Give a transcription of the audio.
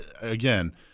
again